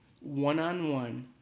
one-on-one